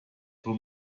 too